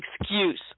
excuse